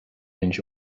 inch